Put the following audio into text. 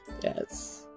Yes